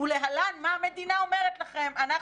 ולהלן מה המדינה אומרת לכם,